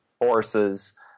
horses